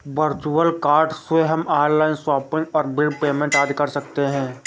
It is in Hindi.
वर्चुअल कार्ड से हम ऑनलाइन शॉपिंग और बिल पेमेंट आदि कर सकते है